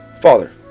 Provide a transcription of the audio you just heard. Father